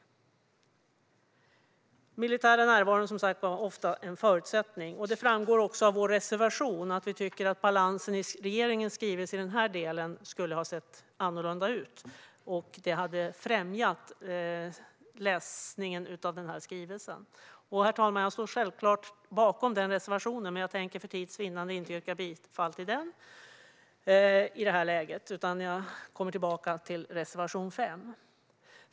Den militära närvaron är ofta, som sagt, en förutsättning. Det framgår också av vår reservation att vi tycker att balansen i regeringens skrivelse i denna del borde ha sett annorlunda ut. Det skulle ha främjat läsningen av skrivelsen. Herr talman! Jag står självklart bakom denna reservation, men jag tänker för tids vinnande inte yrka bifall till den i detta läge. Jag kommer tillbaka till reservation 5.